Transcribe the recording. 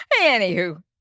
Anywho